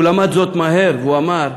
והוא למד זאת מהר, והוא אמר: